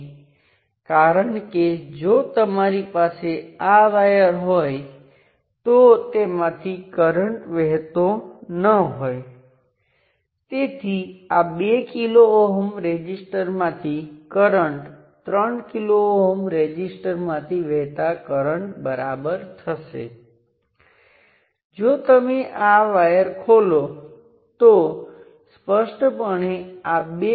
જો તમે આ ચિત્રની સરખામણી આપણી પાસે અગાઉ જે હતું તેની સાથે કરો તો તે વોલ્ટેજની ધ્રુવીયતા સમાન છે પરંતુ કરંટની ધ્રુવીયતા વિરુદ્ધ છે તેથી જ તમને આ Rth × I1 મળે છે